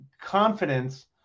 confidence